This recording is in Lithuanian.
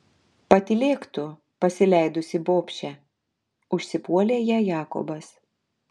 patylėk tu pasileidusi bobše užsipuolė ją jakobas